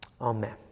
Amen